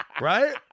right